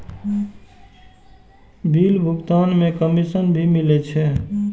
Bill भुगतान में commission भी मिले छै?